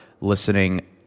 listening